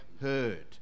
heard